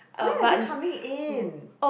why are they coming in